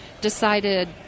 decided